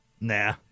Nah